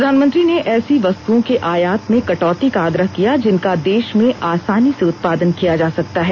प्रधानमंत्री ने ऐसी वस्तुओं के आयात में कटौती का आग्रह किया जिनका देश में आसानी से उत्पादन किया जा सकता है